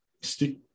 stick